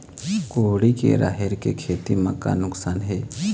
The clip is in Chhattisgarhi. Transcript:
कुहड़ी के राहेर के खेती म का नुकसान हे?